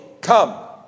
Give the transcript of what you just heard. come